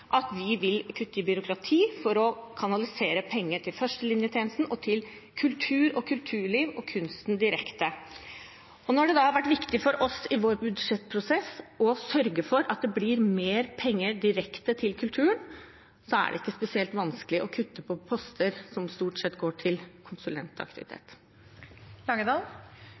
at vi vil kutte i byråkrati for å kanalisere penger til førstelinjetjenesten og til kultur, kulturliv og kunst direkte. Når det da har vært viktig for oss i vår budsjettprosess å sørge for at det blir mer penger direkte til kulturen, er det ikke spesielt vanskelig å kutte i poster som stort sett går til konsulentaktivitet.